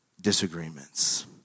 disagreements